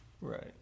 Right